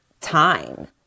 time